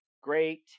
great